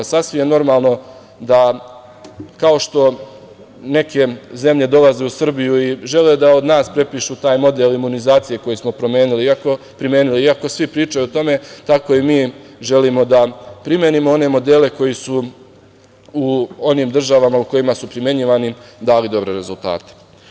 Sasvim je normalno da, kao što neke zemlje dolaze u Srbiju i žele da od nas prepišu taj model imunizacije koji smo primenili iako svi pričaju o tome, tako i mi želimo da primenimo one modele koji su u onim država u kojima su primenjivani dali dobre rezultate.